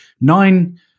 Nine